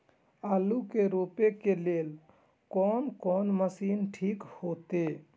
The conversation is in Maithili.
आलू के रोपे के लेल कोन कोन मशीन ठीक होते?